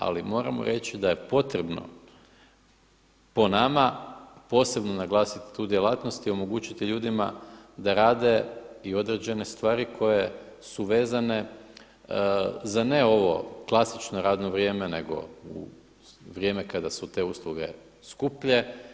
Ali moramo reći da je potrebno po nama posebno naglasiti tu djelatnost i omogućiti ljudima da rade i određene stvari koje su vezane za ne ovo klasično radno vrijeme, nego u vrijeme kada su te usluge skuplje.